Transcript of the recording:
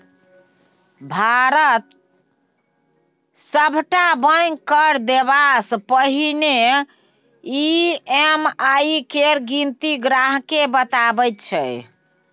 भारतक सभटा बैंक कर्ज देबासँ पहिने ई.एम.आई केर गिनती ग्राहकेँ बताबैत छै